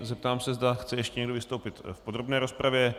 Zeptám se, zda chce ještě někdo vystoupit v podrobné rozpravě.